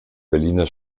berliner